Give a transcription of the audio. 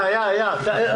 היה, היה, היה.